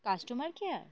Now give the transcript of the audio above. customer care